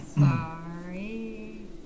Sorry